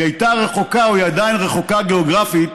היא הייתה רחוקה, היא עדיין רחוקה גיאוגרפית.